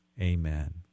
Amen